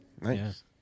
Nice